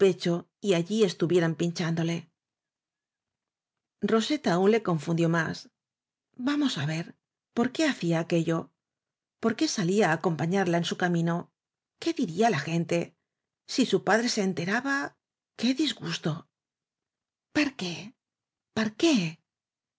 y allí estuvieran pinchándole roseta aún le confundió más vamos á ver por qué hacía aquello por qué salía á acom pañarla en su camino qué diría la gente si su padre se enteraba que disgusto yper qué yper qué